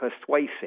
persuasive